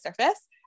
surface